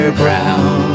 brown